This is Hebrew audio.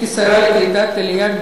כשרה לקליטת העלייה,